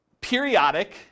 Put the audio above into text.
periodic